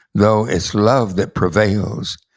though it's love that prevails,